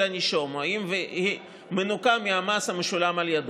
הנישום והיא מנוכה מהמס המשולם על ידיו.